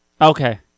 Okay